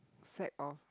sack of